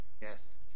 Yes